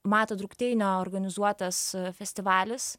mato drukteinio organizuotas festivalis